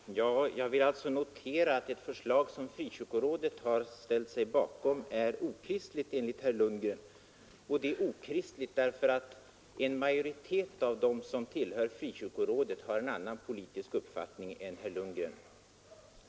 Herr talman! Jag vill alltså notera att det förslag som Frikyrkorådet har ställt sig bakom är okristligt enligt herr Lundgren, och det är okristligt därför att en majoritet av dem som tillhör Frikyrkorådet har en annan politisk uppfattning än herr Lundgren.